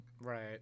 Right